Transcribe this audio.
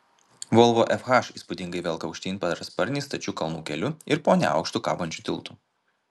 volvo fh įspūdingai velka aukštyn parasparnį stačiu kalnų keliu ir po neaukštu kabančiu tiltu